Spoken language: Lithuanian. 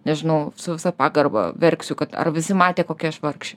nežinau su visa pagarba verksiu kad ar visi matė kokia aš vargšė